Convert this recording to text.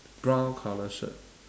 brown colour shirt